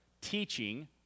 teaching